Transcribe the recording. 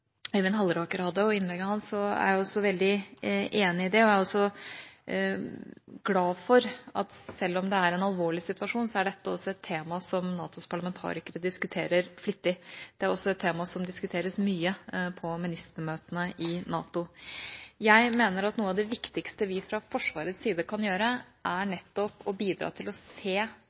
er jeg veldig enig i dem, og jeg er glad for at selv om det er en alvorlig situasjon, er dette også et tema som NATOs parlamentarikere diskuterer flittig. Det er også et tema som diskuteres mye på ministermøtene i NATO. Jeg mener at noe av det viktigste vi fra Forsvarets side kan gjøre, er nettopp å bidra til å se